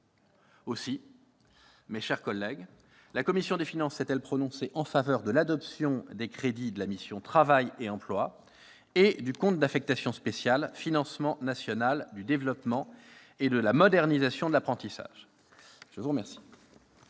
Aussi, mes chers collègues, la commission des finances s'est-elle prononcée en faveur de l'adoption des crédits de la mission « Travail et emploi » et du compte d'affectation spéciale « Financement national du développement et de la modernisation de l'apprentissage ». La parole